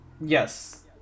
yes